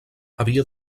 havia